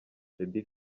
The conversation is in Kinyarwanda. jody